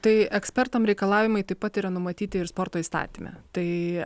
tai ekspertam reikalavimai taip pat yra numatyti ir sporto įstatyme tai